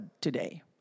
today